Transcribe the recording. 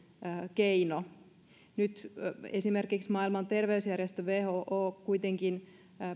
keino nyt esimerkiksi maailman terveysjärjestö who kuitenkin